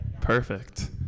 perfect